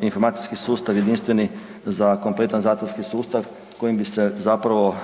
informacijski sustav jedinstveni za kompletni zatvorski sustav kojim bi se zapravo